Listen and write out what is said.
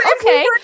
Okay